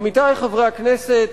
עמיתי חברי הכנסת,